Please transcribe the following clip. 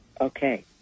Okay